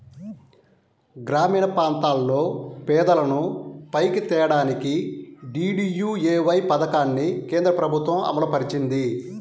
గ్రామీణప్రాంతాల్లో పేదలను పైకి తేడానికి డీడీయూఏవై పథకాన్ని కేంద్రప్రభుత్వం అమలుపరిచింది